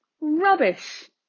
Rubbish